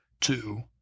two